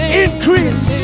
increase